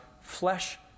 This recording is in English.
flesh